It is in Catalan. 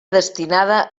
destinada